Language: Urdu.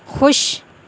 خوش